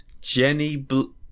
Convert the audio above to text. Jenny